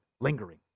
lingering